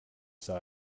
saw